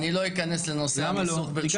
אני לא אכנס לנושא המיסוך, ברשותכם.